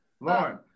Lauren